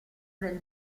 del